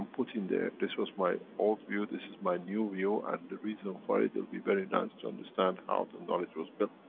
um put in there, this was my old view, this is my new view, and the reason for it. it'll be very nice to understand how the knowledge was built.